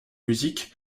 musiques